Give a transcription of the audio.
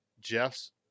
Jeff's